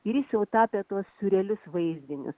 ir jis jau tapė tuos surelius vaizdinius